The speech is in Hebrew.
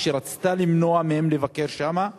כשרצתה למנוע מהם לבקר שם,